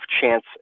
chance